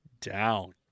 down